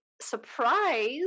surprise